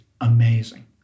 amazing